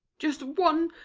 just one,